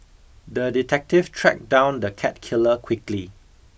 the detective tracked down the cat killer quickly